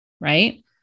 Right